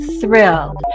thrilled